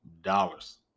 dollars